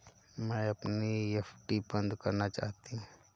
मैं अपनी एफ.डी बंद करना चाहती हूँ